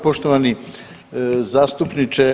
Poštovani zastupniče.